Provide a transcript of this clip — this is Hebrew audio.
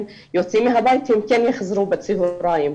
יוצאים מהבית והם כן יחזרו בצהריים.